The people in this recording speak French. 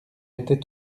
était